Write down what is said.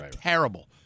terrible